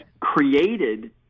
created